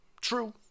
true